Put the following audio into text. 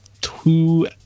two